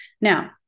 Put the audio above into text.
Now